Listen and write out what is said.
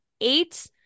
eight